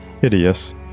hideous